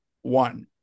one